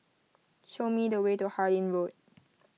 show me the way to Harlyn Road